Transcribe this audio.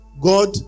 God